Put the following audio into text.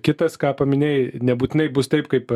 kitas ką paminėjai nebūtinai bus taip kaip